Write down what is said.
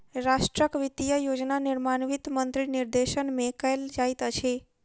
राष्ट्रक वित्तीय योजना निर्माण वित्त मंत्री के निर्देशन में कयल जाइत अछि